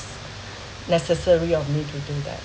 necessary of me to do that